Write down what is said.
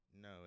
No